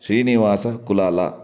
Srinivasa Kulala